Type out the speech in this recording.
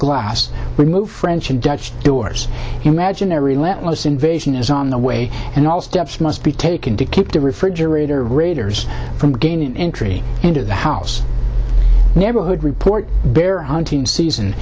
glass remove french and dutch doors imaginary let us invasion is on the way and all steps must be taken to keep the refrigerator raiders from gaining entry into the house neighborhood report bear hunting season